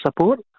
support